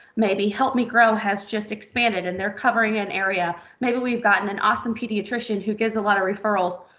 maybe help me grow has just expanded and they're covering an area. maybe we've gotten an awesome pediatrician who gives a lot of referrals.